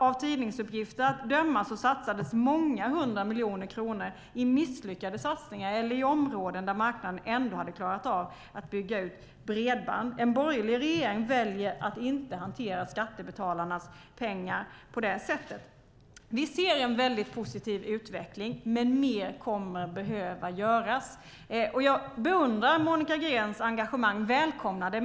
Av tidningsuppgifter att döma satsades många hundra miljoner kronor i misslyckade satsningar eller i områden där marknaden ändå hade klarat av att bygga ut bredband. En borgerlig regering väljer att inte hantera skattebetalarnas pengar på det sättet. Vi ser en väldigt positiv utveckling. Men mer kommer att behöva göras. Jag beundrar Monica Greens engagemang och välkomnar det.